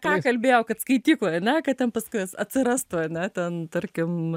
ką kalbėjo kad skaitykloj ane ką ten paskui atsi atsirastų ane ten tarkim